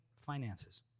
finances